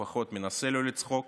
לפחות מנסה לא לצחוק,